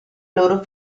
loro